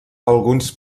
alguns